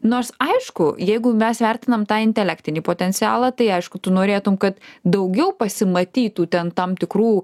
nors aišku jeigu mes vertinam tą intelektinį potencialą tai aišku tu norėtum kad daugiau pasimatytų ten tam tikrų